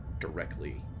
directly